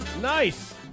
Nice